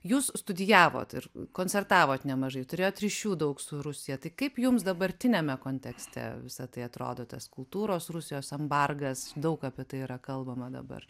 jūs studijavot ir koncertavot nemažai turėjot ryšių daug su rusija tai kaip jums dabartiniame kontekste visa tai atrodo tas kultūros rusijos embargas daug apie tai yra kalbama dabar